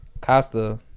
Costa